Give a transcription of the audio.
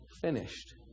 finished